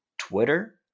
Twitter